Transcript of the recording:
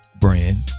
brand